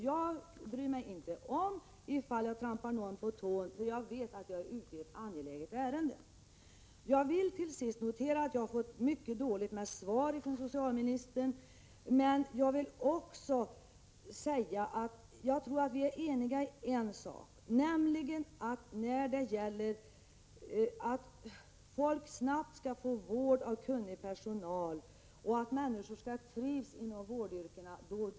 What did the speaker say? Jag bryr mig inte om ifall jag trampar någon på tårna, för jag vet att jag är ute i ett angeläget ärende. Till sist kan jag notera att jag fått mycket dåligt med svar från socialministern. Men vi borde vara eniga om en sak, nämligen att folk snabbt skall få vård av kunnig personal och att människor skall trivas inom vårdyrkena.